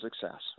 success